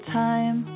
time